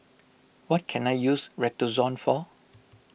what can I use Redoxon for